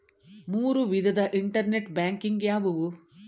ಮೂರು ವಿಧದ internet banking ಯಾವುವು?